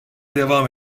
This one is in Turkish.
devam